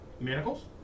Manacles